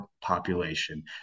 population